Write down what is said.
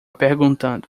perguntando